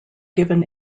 given